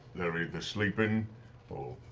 they're either sleeping or,